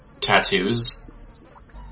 tattoos